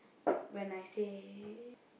when I say